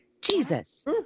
Jesus